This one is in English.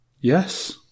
Yes